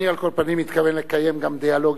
אני על כל פנים מתכוון לקיים גם דיאלוג